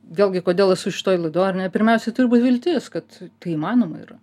vėlgi kodėl esu šitoj laidoj ar ne pirmiausiai turi būt viltis kad tai įmanoma yra